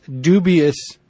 dubious